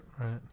right